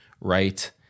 right